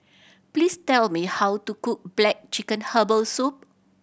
please tell me how to cook black chicken herbal soup